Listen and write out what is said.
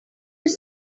your